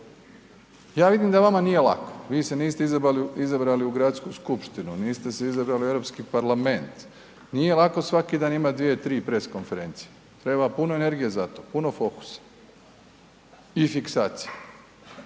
Ja vidim da vama nije lako, vi se niste izabrali u Gradsku skupštinu, niste se izabrali u Europski parlament, nije lako svaki dan imati dvije tri press konferencije, treba puno energije za to, puno fokusa i fiksacija,